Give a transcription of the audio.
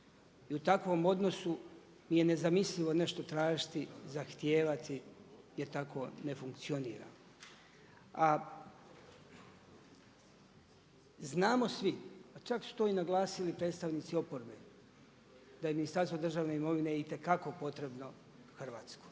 i u takvom odnosu mi je nezamislivo nešto tražiti, zahtijevati jer tako ne funkcioniram. A znamo svi, čak su to naglasili i predstavnici oporbe da je Ministarstvo državne imovine itekako potrebno Hrvatskoj.